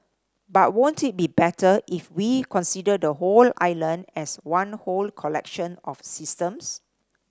but won't it be better if we consider the whole island as one whole collection of systems